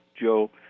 Joe